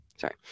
Sorry